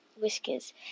whiskers